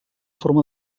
forma